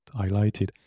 highlighted